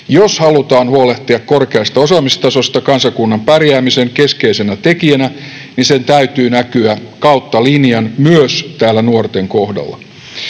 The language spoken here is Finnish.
Jos halutaan huolehtia korkeasta osaamistasosta kansakunnan pärjäämisen keskeisenä tekijänä, sen täytyy näkyä kautta linjan myös täällä nuorten kohdalla.